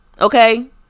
okay